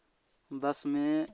बस में